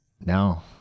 no